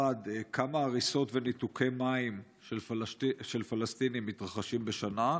1. כמה הריסות וניתוקי מים של פלסטינים יש בשנה,